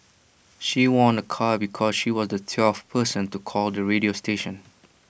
she won A car because she was the twelfth person to call the radio station